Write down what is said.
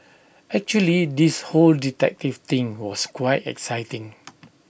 actually this whole detective thing was quite exciting